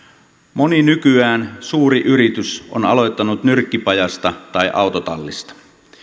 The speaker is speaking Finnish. moni nykyään suuri yritys on aloittanut nyrkkipajasta tai autotallista